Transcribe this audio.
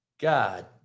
God